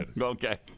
okay